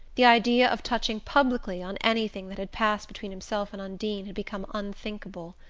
the idea of touching publicly on anything that had passed between himself and undine had become unthinkable.